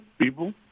people